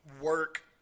work